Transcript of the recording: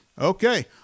Okay